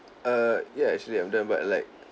err ya actually I'm done but like